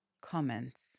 comments